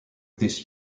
this